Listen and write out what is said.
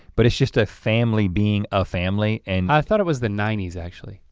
but it's just a family being a family and i thought it was the ninety s actually.